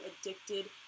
addicted